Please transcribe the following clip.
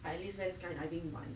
I use skydiving [one]